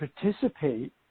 participate